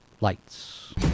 lights